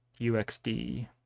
UXD